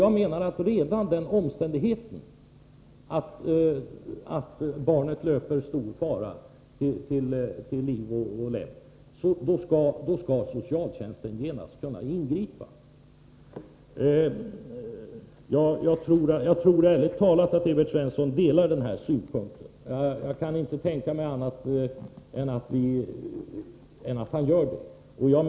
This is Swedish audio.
Jag menar att redan när den omständigheten föreligger att ett barn löper stor fara till liv och lem skall socialtjänsten genast kunna ingripa. Ärligt talat tror jag att Evert Svensson delar den här synpunkten. Jag kan inte tänka mig annat än att han gör det.